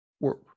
work